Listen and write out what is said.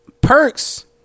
Perks